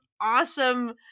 awesome